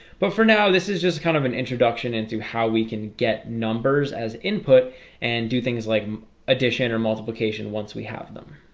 but for now, this is just kind of an introduction into how we can get numbers as input and do things like addition or multiplication once we have them